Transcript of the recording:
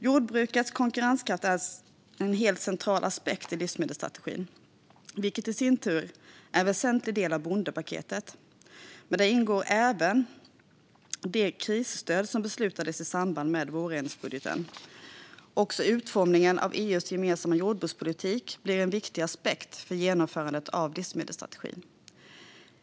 Jordbrukets konkurrenskraft är en helt central aspekt i livsmedelsstrategin, vilket i sin tur är en väsentlig del av bondepaketet, men där ingår även det krisstöd som beslutats i samband med vårändringsbudgeten. Också utformningen av EU:s gemensamma jordbrukspolitik blir en viktig aspekt för genomförandet av livsmedelsstrategin.